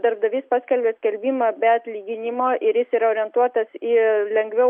darbdavys paskelbia skelbimą be atlyginimo ir jis yra orientuotas į lengviau